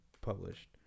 published